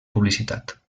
publicitat